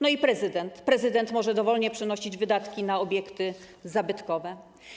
No i prezydent, prezydent może dowolnie przenosić wydatki na obiekty zabytkowe.